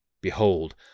Behold